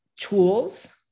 tools